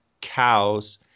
cows